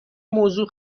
موضوع